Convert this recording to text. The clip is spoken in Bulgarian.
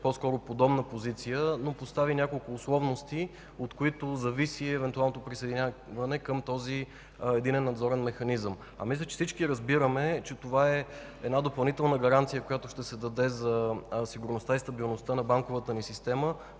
по-скоро подобна позиция, но постави няколко условности, от които зависи евентуалното присъединяване към този Единен надзорен механизъм. Мисля, че всички разбираме, че той е допълнителна гаранция, която ще се даде за стабилността и сигурността на банковата ни система,